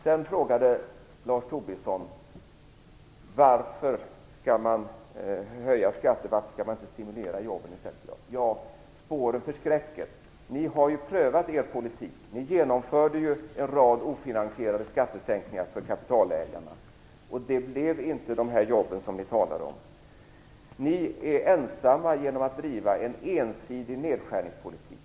Lars Tobisson frågade varför man höjer skatterna i stället för att stimulera jobben. Spåren förskräcker. Ni har ju prövat er politik. Ni genomförde en rad ofinansierade skattesänkningar för kapitalägarna. Det ledde inte till de jobb som ni talade om. Ni är ensamma om att driva en ensidig nedskärningspolitik.